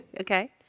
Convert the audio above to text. Okay